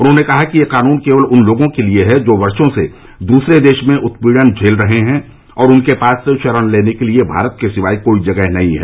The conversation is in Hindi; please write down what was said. उन्होंने कहा कि यह कानून केवल उन लोगों के लिए है जो वर्षो से दूसरे देश में उत्पीड़न झेल रहे हैं और उनके पास शरण लेने के लिए भारत के सिवाय कोई जगह नहीं है